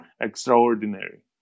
extraordinary